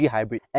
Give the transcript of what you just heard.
Hybrid